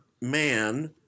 man